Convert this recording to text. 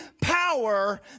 power